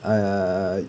I err